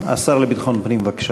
השר לביטחון פנים, בבקשה.